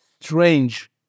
strange